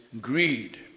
greed